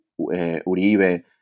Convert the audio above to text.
Uribe